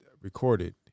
recorded